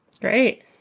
Great